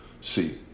see